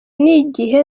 n’igihe